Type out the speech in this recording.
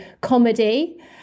comedy